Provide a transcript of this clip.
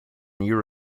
new